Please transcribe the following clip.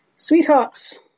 Sweethearts